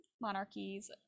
monarchies